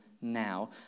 now